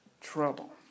trouble